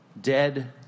dead